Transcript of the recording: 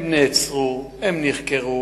הם נעצרו, הם נחקרו.